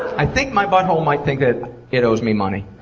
i think my butt hole might think that it owes me money.